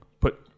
put